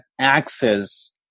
access